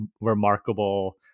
remarkable